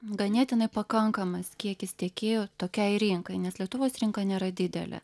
ganėtinai pakankamas kiekis tiekėjų tokiai rinkai nes lietuvos rinka nėra didelė